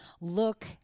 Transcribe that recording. look